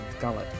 gullet